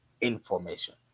information